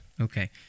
Okay